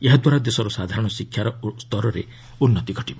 ଏହାଦ୍ୱାରା ଦେଶର ସାଧାରଣ ଶିକ୍ଷାର ସ୍ତରରେ ଉନ୍ନତି ଘଟିବ